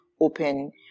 open